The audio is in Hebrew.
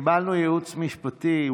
קיבלנו ייעוץ משפטי.